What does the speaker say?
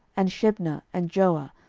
and shebna, and joah,